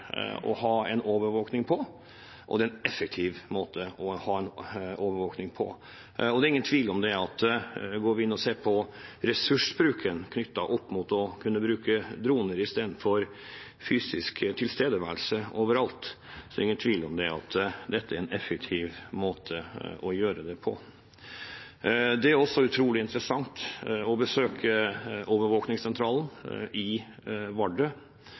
å ha overvåkning på, og det er en effektiv måte å ha overvåkning på. Går man inn og ser på ressursbruken knyttet opp mot å kunne bruke droner i stedet for fysisk tilstedeværelse over alt, er det ingen tvil om at dette er en effektiv måte å gjøre det på. Det er også utrolig interessant å besøke overvåkingssentralen i Vardø,